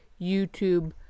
YouTube